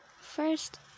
first